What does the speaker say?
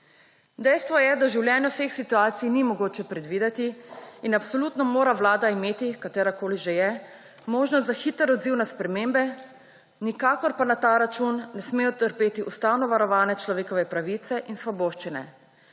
Dejstvo je, da v življenju vseh situacij ni mogoče predvideti in absolutno mora vlada imeti, katerakoli že je, možnost za hiter odziv na spremembe, nikakor pa na ta račun ne smejo trpeti ustavno varovane človekove pravice in svoboščine.